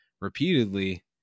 repeatedly